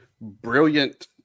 brilliant